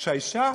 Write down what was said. שהאישה,